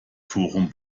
forum